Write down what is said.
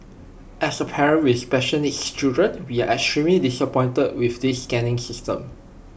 as A parent with special needs children we are extremely disappointed with this scanning system